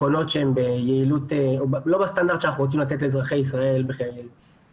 מכונות שהן לא בסטנדרט שאנחנו רוצים לתת לאזרחי ישראל בחלקן,